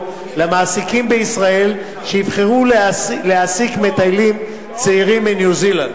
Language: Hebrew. למעסיקים בישראל שיבחרו להעסיק מטיילים צעירים מניו-זילנד.